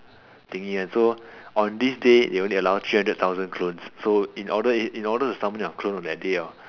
thingy and so on this day they only allow three hundred thousand clones so in order in order to summon your clone on that day hor